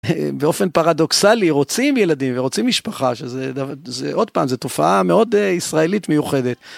באופן פרדוקסלי רוצים ילדים ורוצים משפחה שזה עוד פעם זה תופעה מאוד ישראלית מיוחדת.